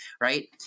right